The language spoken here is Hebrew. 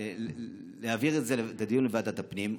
להעביר את זה לדיון בוועדת הפנים,